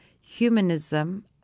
humanism